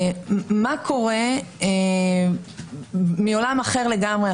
מה קורה, אני שואלת עכשיו מעולם אחר לגמרי,